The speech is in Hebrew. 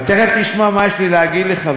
אתה תכף תשמע מה יש לי להגיד לך,